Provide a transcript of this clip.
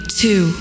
two